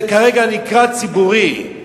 זה כרגע נקרא ציבורי.